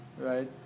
Right